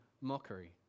mockery